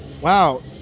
Wow